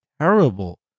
terrible